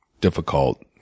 difficult